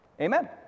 Amen